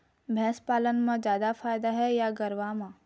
भैंस पालन म जादा फायदा हे या गरवा म?